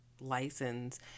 license